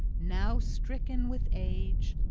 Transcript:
now stricken with age,